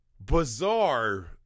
bizarre